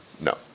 no